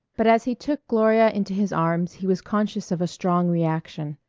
but as he took gloria into his arms he was conscious of a strong reaction.